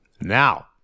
Now